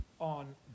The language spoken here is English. on